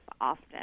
often